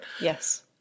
Yes